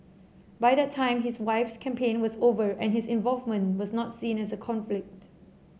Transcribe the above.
by that time his wife's campaign was over and his involvement was not seen as a conflict